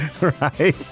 Right